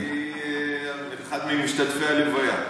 אחד ממשתתפי הלוויה.